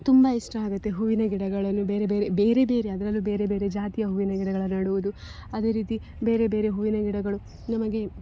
ತುಂಬ ಇಷ್ಟ ಆಗುತ್ತೆ ಹೂವಿನ ಗಿಡಗಳನ್ನು ಬೇರೆ ಬೇರೆ ಬೇರೆ ಬೇರೆ ಅದ್ರಲ್ಲೂ ಬೇರೆ ಬೇರೆ ಜಾತಿಯ ಹೂವಿನ ಗಿಡಗಳ ನೆಡುವುದು ಅದೇ ರೀತಿ ಬೇರೆ ಬೇರೆ ಹೂವಿನ ಗಿಡಗಳು ನಮಗೆ